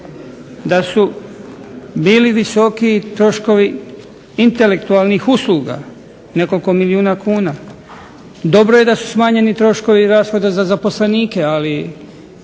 da su bili visoki troškovi intelektualnih usluga, nekoliko milijuna kuna. Dobro je da su smanjeni troškovi rashoda za zaposlenike, ali